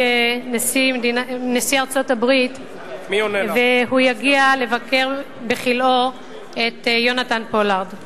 נשיא ארצות-הברית ויגיע לבקר את יונתן פולארד בכלאו,